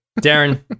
Darren